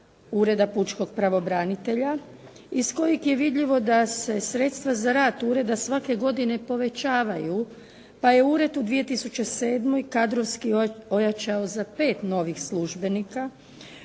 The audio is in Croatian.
Ureda pučkog pravobranitelja iz kojeg je vidljivo da se sredstva za rad Ureda svake godine povećavaju pa je Ured u 2007. kadrovski ojačao za 5 novih službenika.